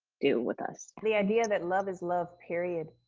do with us. the idea that love is love. period.